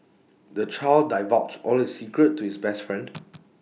the child divulged all his secrets to his best friend